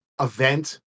event